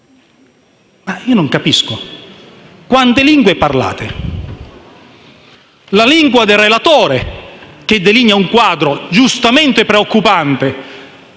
Io non capisco. Ma quante lingue parlate? La lingua del relatore, che delinea un quadro giustamente preoccupante